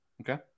Okay